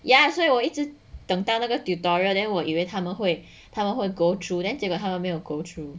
ya 所以我一直等到那个 tutorial then 我以为他们会他们会 go through then 这个他没有 go through